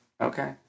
okay